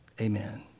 Amen